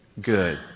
Good